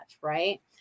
right